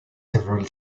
several